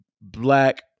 black